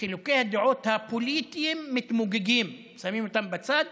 חילוקי הדעות הפוליטיים מתפוגגים, שמים אותם בצד